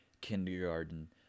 kindergarten